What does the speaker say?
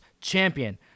champion